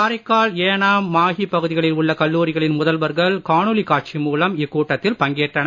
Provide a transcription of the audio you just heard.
காரைக்கால் ஏனாம் மாஹே பகுதிகளில் உள்ள கல்லூரிகளின் முதல்வர்கள் காணொளி காட்சி மூலம் இக்கூட்டத்தில் பங்கேற்றனர்